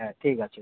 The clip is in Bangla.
হ্যাঁ ঠিক আছে